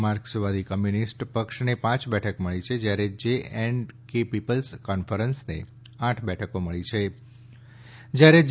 માર્કસવાદી communist પક્ષને પાંચ બેઠકો મળી જ્યારે જે એન્ડ કે પીપલ્સ કોન્ફેન્સને આઠ બેઠકો મળી જ્યારે જે